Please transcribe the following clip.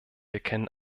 erkennen